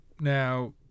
Now